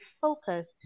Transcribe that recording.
focus